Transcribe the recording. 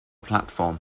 platform